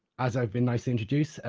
as i've been nicely introduced,